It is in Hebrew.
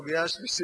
הסוגיה השלישית,